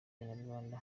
banyarwanda